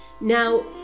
Now